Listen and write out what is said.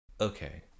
Okay